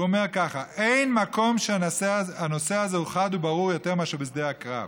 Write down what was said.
הוא אומר ככה: "אין מקום שהנושא הזה הוא חד וברור יותר מאשר בשדה הקרב"